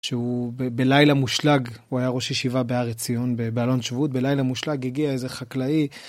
שהוא בלילה מושלג, הוא היה ראש ישיבה בהר עציון, באלון שבות, בלילה מושלג הגיע איזה חקלאי.